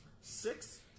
six